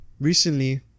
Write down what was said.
recently